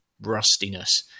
rustiness